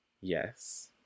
Yes